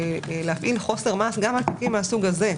להפעיל חוסר מעש גם על תיקים מהסוג הזה.